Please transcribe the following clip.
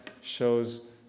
shows